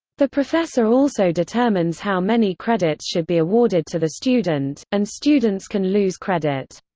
the professor also determines how many credits should be awarded to the student, and students can lose credit.